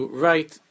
write